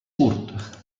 curt